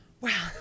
Wow